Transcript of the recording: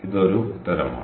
അതിനാൽ ഇത് ഒരു ഉത്തരമാണ്